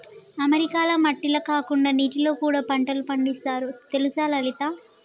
అమెరికాల మట్టిల కాకుండా నీటిలో కూడా పంటలు పండిస్తారు తెలుసా లలిత